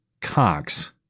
cox